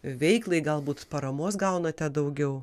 veiklai galbūt paramos gaunate daugiau